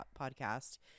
podcast